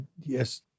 yes